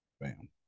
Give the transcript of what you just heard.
bam